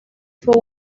fue